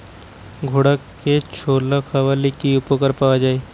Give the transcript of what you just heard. ঘোড়াকে ছোলা খাওয়ালে কি উপকার পাওয়া যায়?